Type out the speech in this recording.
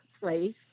place